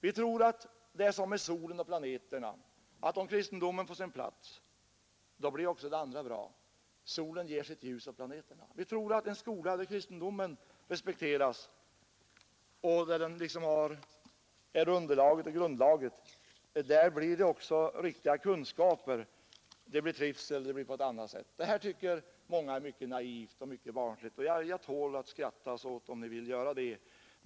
Vi tror att det är som med solen och planeterna: om kristendomen får sin plats blir också det andra bra; solen ger sitt ljus åt planeterna. Vi tror att i en skola där kristendomen respekteras och liksom är grundlagen blir det också riktiga kunskaper, och det blir trivsel på ett annat sätt. Många tycker att det här är mycket naivt och barnsligt — och jag tål att skrattas åt om ni vill skratta åt mig.